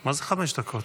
מה זה חמש דקות?